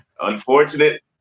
unfortunate